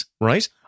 right